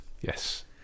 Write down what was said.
yes